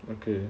okay